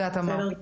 בסדר גמור.